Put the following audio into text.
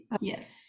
Yes